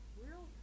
real